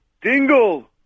dingle